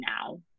now